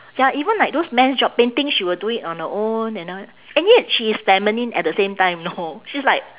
ya even like those man's job painting she will do it on her own and all and yet she is feminine at the same time know she's like